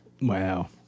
Wow